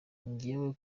jewe